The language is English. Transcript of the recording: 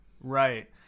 Right